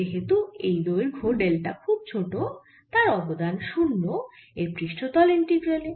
যেহেতু এই দৈর্ঘ ডেল্টা খুব ছোট তার অবদান 0 এর পৃষ্ঠতল ইন্টিগ্রালে